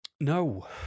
No